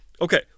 Okay